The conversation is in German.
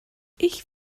ich